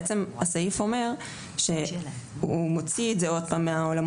בעצם הסעיף מוציא את זה עוד פעם מהעולמות